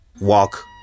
walk